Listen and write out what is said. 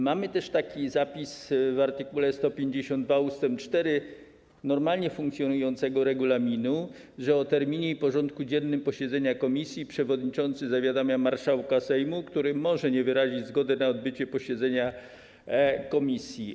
Mamy też taki zapis w art. 152 ust. 4 normalnie funkcjonującego regulaminu, że o terminie i porządku dziennym posiedzenia komisji przewodniczący zawiadamia marszałka Sejmu, który może nie wyrazić zgody na odbycie posiedzenia komisji.